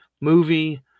movie